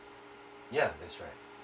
yeah that's right